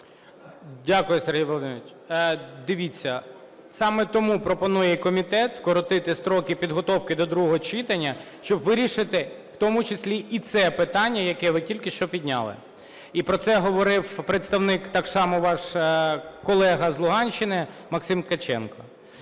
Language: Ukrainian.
Дякую, Сергій Володимирович. Дивіться, саме тому пропонує комітет скоротити строки підготовки до другого читання, щоб вирішити в тому числі і це питання, яке ви тільки що підняли. І про це говорив представник, так само, ваш колега з Луганщини Максим Ткаченко.